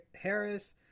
Harris